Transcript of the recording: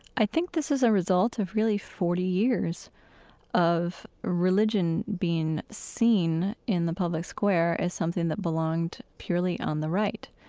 i think this is a result of really forty years of religion being seen in the public square as something that belonged purely on the right.